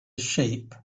sheep